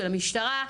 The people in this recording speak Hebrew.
של המשטרה,